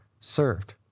served